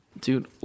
Dude